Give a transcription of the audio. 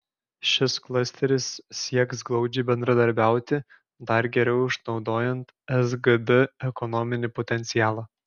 šis klasteris sieks glaudžiai bendradarbiauti dar geriau išnaudojant sgd ekonominį potencialą